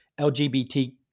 LGBT